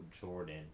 Jordan